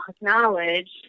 knowledge